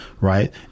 Right